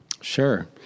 Sure